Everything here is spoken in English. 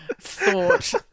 thought